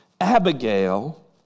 Abigail